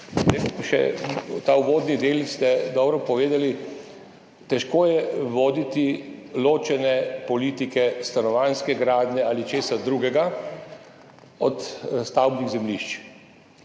Ta uvodni del ste dobro povedali. Težko je voditi ločene politike stanovanjske gradnje ali česa drugega od stavbnih zemljišč. Mislim